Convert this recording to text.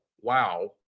wow